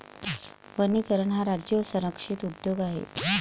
वनीकरण हा राज्य संरक्षित उद्योग आहे